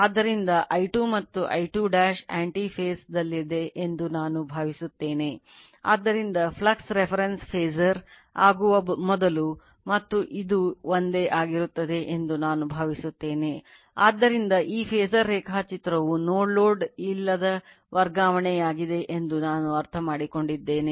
ಆದ್ದರಿಂದ I2 ಮತ್ತು I2 anti phase ಯಿಲ್ಲದ ವರ್ಗಾವಣೆಯಾಗಿದೆ ಎಂದು ನಾನು ಅರ್ಥಮಾಡಿಕೊಂಡಿದ್ದೇನೆ